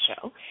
show